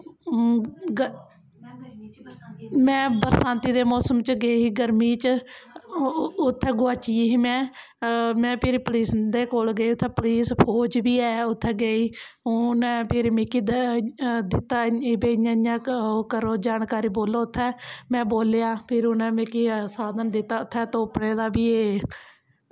में बरसांतीं दे मोसम च गेई ही गर्मी च उत्थें गोआची गेई ही में फ्ही पुलिस दे कोल गेई उत्थें पुलिस फौज बी ऐ उत्थें गेई उन्नै फिर मिकी दित्ता भई इ'यां इयां ओह् करी जानकारी बोलो उत्थै में बोलेआ फिर उ'नें मिकी साधन दित्ता उत्थै तुप्पने दा बी